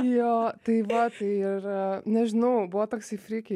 jo tai va tai ir nežinau buvo toksai friki